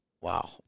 wow